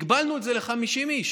הגבלנו את זה ל-50 איש.